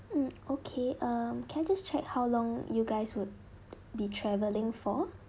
mm okay um can I just check how long you guys would be traveling for